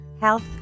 health